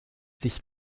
sich